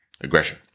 aggression